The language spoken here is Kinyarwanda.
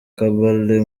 kabale